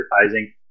advertising